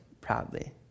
proudly